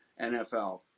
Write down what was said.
NFL